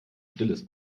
stilles